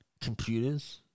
computers